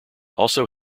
also